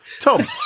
Tom